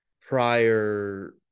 prior